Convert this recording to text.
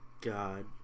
God